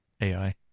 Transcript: AI